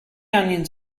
onions